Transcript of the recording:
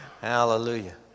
Hallelujah